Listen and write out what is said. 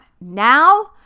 now